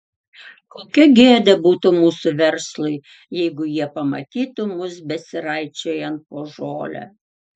kokia gėda būtų mūsų verslui jeigu jie pamatytų mus besiraičiojant po žolę